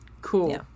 Cool